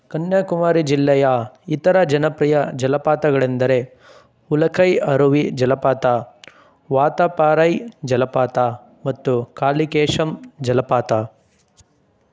ಕನ್ಯಾಕುಮಾರಿ ಜಿಲ್ಲೆಯ ಇತರ ಜನಪ್ರಿಯ ಜಲಪಾತಗಳೆಂದರೆ ಉಲಕ್ಕೈ ಅರುವಿ ಜಲಪಾತ ವಾತ್ತಾಪಾರೈ ಜಲಪಾತ ಮತ್ತು ಕಾಲಿಕೇಶಮ್ ಜಲಪಾತ